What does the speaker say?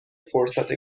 فرصت